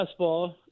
fastball